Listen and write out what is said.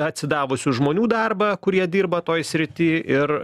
atsidavusių žmonių darbą kurie dirba toj srity ir